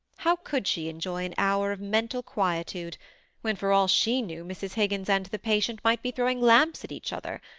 how could she enjoy an hour of mental quietude when, for all she knew, mrs. higgins and the patient might be throwing lamps at each other?